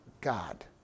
God